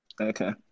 Okay